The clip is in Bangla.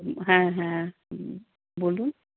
হ্যাঁ হ্যাঁ বলুন